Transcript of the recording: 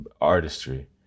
artistry